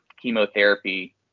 chemotherapy